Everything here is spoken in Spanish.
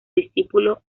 discípulo